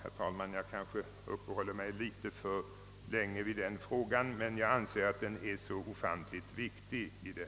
Men jag har kanske redan uppehållit mig för länge vid denna fråga, som jag anser är ofantligt viktig.